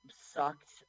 sucked